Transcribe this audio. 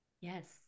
Yes